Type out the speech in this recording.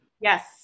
Yes